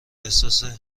احساس